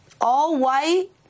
all-white